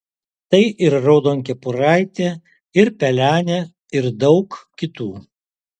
tai ir raudonkepuraitė ir pelenė ir daug kitų